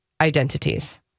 identities